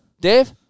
Dave